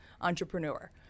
entrepreneur